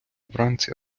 вранці